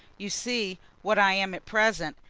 you see what i am at present.